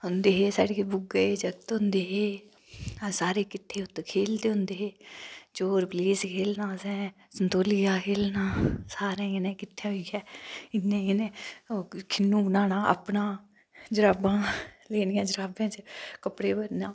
साढी बूआ दे जागत होंदे हे अस सारे किट्ठे उत्थै खेढदे होंदे हे चोर पुलिस खेढना असें संतोलिया खेढने सारे कन्नै किट्ठे होइयै खिन्नु बनाना अपना जराबां लैनियां जराबें च कपडे़ भरने